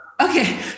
Okay